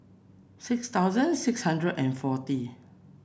six thousand six hundred and forty